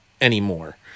anymore